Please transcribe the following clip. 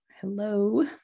Hello